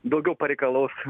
daugiau pareikalaus